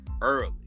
early